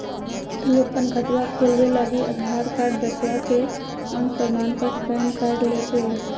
तू अपन खतवा खोलवे लागी आधार कार्ड, दसवां के अक प्रमाण पत्र, पैन कार्ड ले के अइह